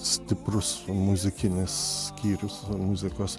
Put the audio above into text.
stiprus muzikinis skyrius muzikos